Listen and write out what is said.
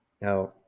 Now